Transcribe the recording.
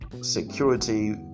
Security